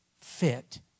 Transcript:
fit